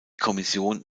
kommission